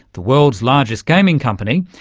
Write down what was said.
the world's largest gaming company,